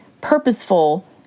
purposeful